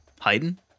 Haydn